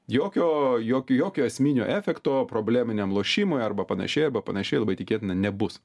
jokio jokio jokio esminio efekto probleminiam lošimui arba panašiai arba panašiai labai tikėtina nebus